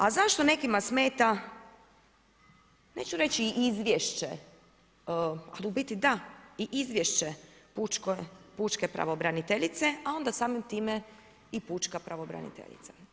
A zašto nekima smeta neću reći izvješće, ali u biti da, i izvješće pučke pravobraniteljice, a onda samim time i pučka pravobraniteljica?